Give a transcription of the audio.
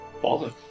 Father